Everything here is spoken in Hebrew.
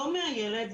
לא מהילד,